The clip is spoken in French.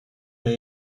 les